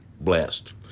blessed